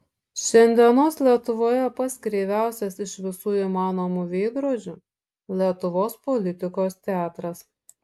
šiandienos lietuvoje pats kreiviausias iš visų įmanomų veidrodžių lietuvos politikos teatras